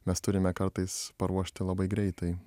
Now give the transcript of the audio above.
mes turime kartais paruošti labai greitai